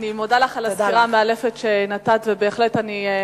אני מודה לך על הסקירה, תודה לך.